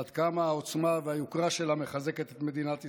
עד כמה העוצמה והיוקרה שלה מחזקת את מדינת ישראל,